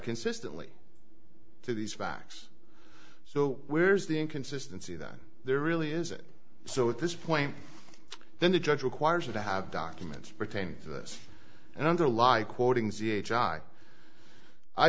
consistently to these facts so where's the inconsistency that there really is it so at this point then the judge requires you to have documents pertaining to this and underlying quoting z h